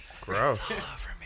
Gross